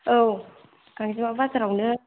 औ गांजेमा बाजारावनो